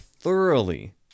thoroughly